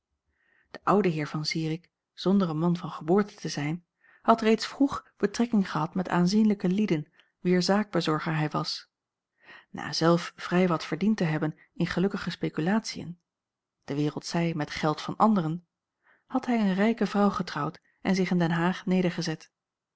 de oude heer van zirik zonder een man van geboorte te zijn had reeds vroeg betrekking gehad met aanzienlijke lieden wier zaakbezorger hij was na zelf vrij wat verdiend te hebben in gelukkige spekulatiën de wereld zeî met geld van anderen had hij een rijke vrouw getrouwd en zich in den haag nedergezet